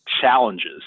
challenges